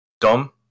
Dom